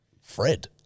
Fred